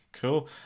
Cool